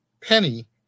Penny